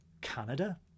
canada